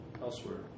elsewhere